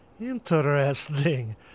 Interesting